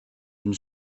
une